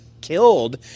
killed